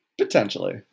Potentially